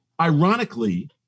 Ironically